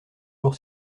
jour